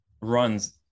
runs